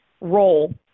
role